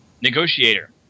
Negotiator